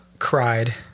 Cried